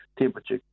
temperature